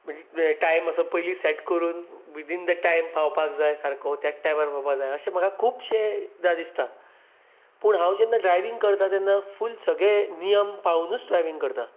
म्हणजे टायम असो पयलींच सॅट करून वीथइन द टायम पावपाक जाय असो त्याच टायमार पावपाक जाय अशें खुबशेंदां अशें म्हाका दिसता पूण हांव जेन्ना ड्रायवींग करता तेन्ना फूल सगळे नियम पाळूनूच ड्रायवींग करतां